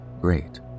great